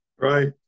right